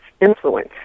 influence